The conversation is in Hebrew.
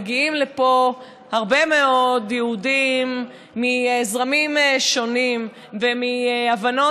מגיעים לפה הרבה מאוד יהודים מזרמים שונים ובהבנות